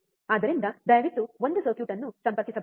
ಆದ್ದರಿಂದ ದಯವಿಟ್ಟು ಬಂದು ಸರ್ಕ್ಯೂಟ್ ಅನ್ನು ಸಂಪರ್ಕಿಸಬಹುದೇ